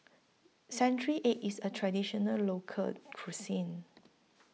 Century Egg IS A Traditional Local Cuisine